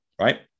right